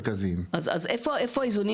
איפה יהיו האיזונים